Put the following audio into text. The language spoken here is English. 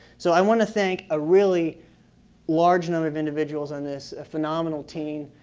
so i wanna thank a really large number of individuals on this, a phenomenal team.